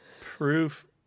Proof